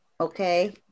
Okay